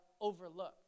overlooked